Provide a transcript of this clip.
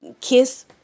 kiss